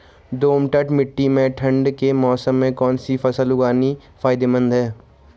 दोमट्ट मिट्टी में ठंड के मौसम में कौन सी फसल उगानी फायदेमंद है?